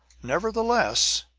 nevertheless,